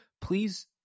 please